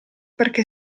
perché